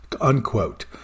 unquote